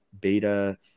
beta